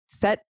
Set